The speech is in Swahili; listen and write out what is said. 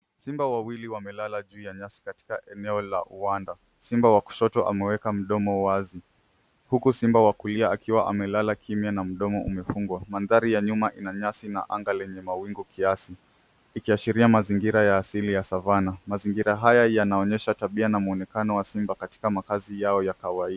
Simba wawili wamelala juu ya nyasi katika eneo la uwanja. Simba wa kushoto ameweka mdomo wazi huku simba wa kulia akiwa amelala kimya na mdomo umefungwa. Mandhari ya nyuma ina nyasi na anga lenye mawingu kiasi ikiashiria mazingira ya asili ya savana. Mazingira haya yanaonyesha tabia na mwonekano wa simba katika makazi yao ya kawaida.